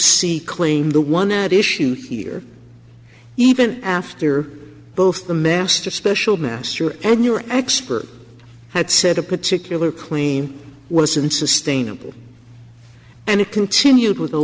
c claim the one that issued here even after both the master special master and your expert had said a particular claim wasn't sustainable and it continued